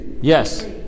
Yes